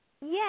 Yes